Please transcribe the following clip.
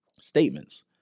statements